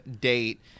date